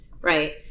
right